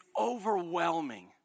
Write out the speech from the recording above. overwhelming